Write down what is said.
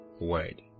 word